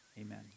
amen